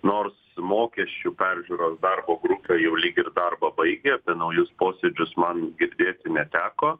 nors mokesčių peržiūros darbo grupė jau lyg ir darbą baigė apie naujus posėdžius man girdėti neteko